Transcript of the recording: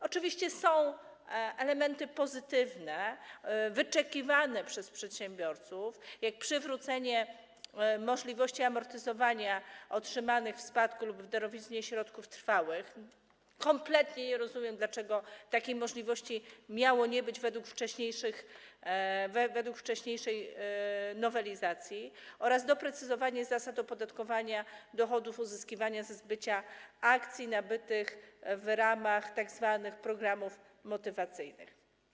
Oczywiście są elementy pozytywne, wyczekiwane przez przedsiębiorców, jak przywrócenie możliwości amortyzowania otrzymanych w spadku lub w darowiźnie środków trwałych - kompletnie nie rozumiem, dlaczego takiej możliwości miało nie być według wcześniejszej nowelizacji - oraz doprecyzowanie zasad opodatkowania dochodów uzyskiwanych ze zbycia akcji nabytych w ramach tzw. programów motywacyjnych.